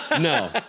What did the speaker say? no